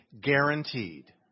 guaranteed